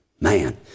Man